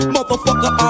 Motherfucker